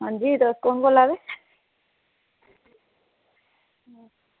अंजी तुस कु'न बोल्ला दे